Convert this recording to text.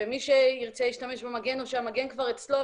ומי שירצה ישתמש במגן או שהמגן כבר אצלו,